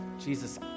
Jesus